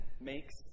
makes